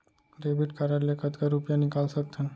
Debit card ले कतका रुपिया निकाल सकथन?